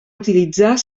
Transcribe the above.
utilitzar